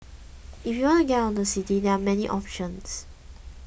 if you want to get out of the city there are many options